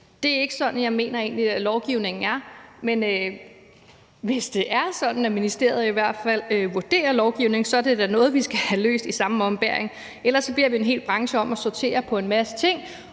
Det er ikke sådan, jeg mener lovgivningen er, men hvis det er sådan, ministeriet vurderer lovgivningen, er det da noget, vi skal have løst i samme ombæring. Ellers beder vi en hel branche om at sortere en masse ting,